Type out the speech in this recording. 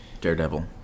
Daredevil